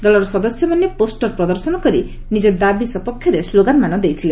ଦଳର ସଦସ୍ୟମାନେ ପୋଷ୍ଟର ପ୍ରଦର୍ଶନ କରି ନିଜ ଦାବି ସପକ୍ଷରେ ସ୍କୋଗାନମାନ ଦେଇଥିଲେ